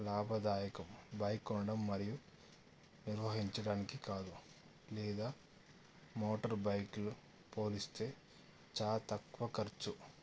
లాభదాయకం బైక్ కొనడం మరియు నిర్వహించడానికి కాదు లేదా మోటర్ బైక్లు పోలిస్తే చాలా తక్కువ ఖర్చు